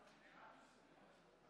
גברתי היושבת-ראש.